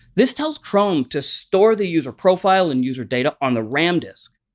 this tells chrome to store the user profile and user data on the ram disk.